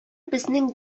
безнең